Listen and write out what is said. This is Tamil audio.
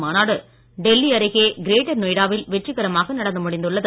மாநாடு டெல்லி அருகே கிரேட்டர் நொய்டா வில் வெற்றிகரமாக நடந்து முடிந்துள்ளது